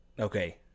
okay